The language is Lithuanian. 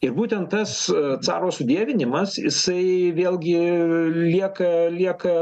ir būtent tas caro sudievinimas jisai vėlgi lieka lieka